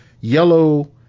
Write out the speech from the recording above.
yellow